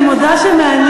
אני מודה שמעניין,